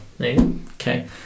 okay